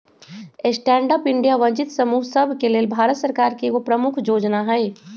stand Up India वंचित समूह सभके लेल भारत सरकार के एगो प्रमुख जोजना हइ